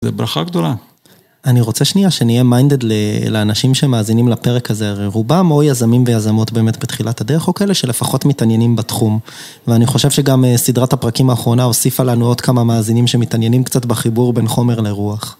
זו ברכה גדולה. אני רוצה שנייה שנהיה מיינדד לאנשים שמאזינים לפרק הזה, הרי רובם או יזמים ויזמות באמת בתחילת הדרך, או כאלה שלפחות מתעניינים בתחום. ואני חושב שגם סדרת הפרקים האחרונה הוסיפה לנו עוד כמה מאזינים שמתעניינים קצת בחיבור בין חומר לרוח.